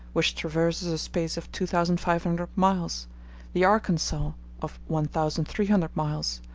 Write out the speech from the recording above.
which traverses a space of two thousand five hundred miles the arkansas of one thousand three hundred miles,